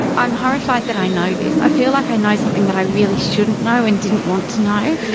i'm horrified that i know this. i feel like i know something that i really shouldn't know and didn't want to know.